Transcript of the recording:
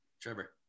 trevor